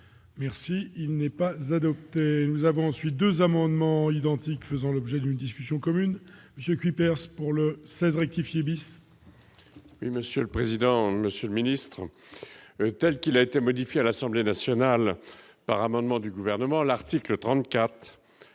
Merci, il n'est pas adoptée, nous avons ensuite 2 amendements identiques faisant l'objet d'une discussion commune j'ai Cuypers pour le 16 rectifier bis. Oui, monsieur le président, Monsieur le ministre, telle qu'il a été modifié à l'Assemblée nationale par amendement du gouvernement, l'article 34